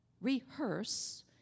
rehearse